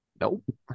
Nope